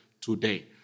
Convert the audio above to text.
today